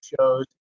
shows